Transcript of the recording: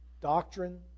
doctrine